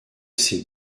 c’est